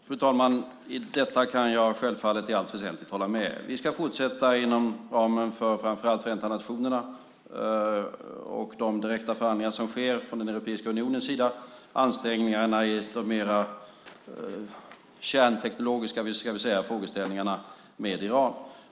Fru talman! I detta kan jag självfallet i allt väsentligt hålla med. Vi ska fortsätta, inom ramen för framför allt Förenta nationerna och de direkta förhandlingar som sker från Europeiska unionens sida, ansträngningarna i de mer kärnteknologiska frågeställningarna med Iran.